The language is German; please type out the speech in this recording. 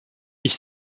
ich